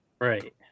Right